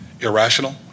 irrational